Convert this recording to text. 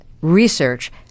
research